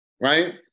right